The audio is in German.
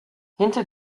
hinter